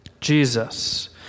Jesus